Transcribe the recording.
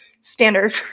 standard